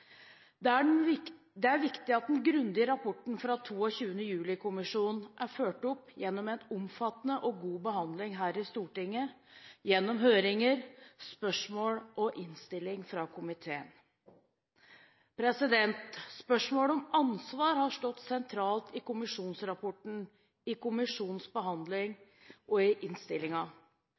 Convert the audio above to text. Det er viktig at den grundige rapporten fra 22. juli-kommisjonen er fulgt opp gjennom en omfattende og god behandling her i Stortinget, gjennom høringer, spørsmål og innstilling fra komiteen. Spørsmålet om ansvar har stått sentralt i kommisjonsrapporten, i komiteens behandling og i